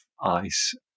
ice